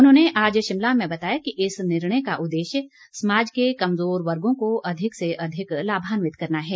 उन्होंने आज शिमला में बताया कि इस निर्णय का उद्देश्य समाज के कमज़ोर वर्गो को अधिक से अधिक लाभान्वित करना है